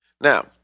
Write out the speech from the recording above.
Now